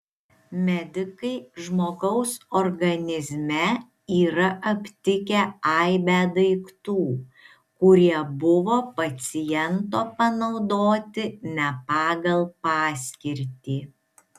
medikai žmogaus organizme yra aptikę aibę daiktų kurie buvo paciento panaudoti ne pagal paskirtį